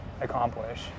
accomplish